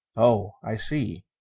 oh, i see